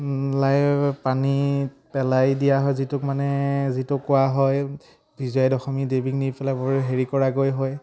লাই পানীত পেলাই দিয়া হয় যিটোক মানে যিটো কোৱা হয় বিজয়া দশমী দেৱীক নি পেলাই বৰ হেৰি কৰাগৈ হয়